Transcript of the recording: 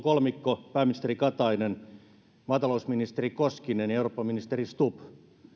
kolmikko pääministeri katainen maatalousministeri koskinen ja eurooppaministeri stubb